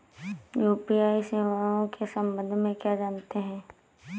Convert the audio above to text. UPI सेवाओं के संबंध में क्या जानते हैं?